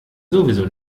sowieso